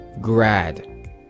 grad